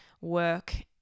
work